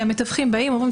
המתווכים באים ואומרים,